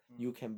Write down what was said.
mm